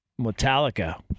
Metallica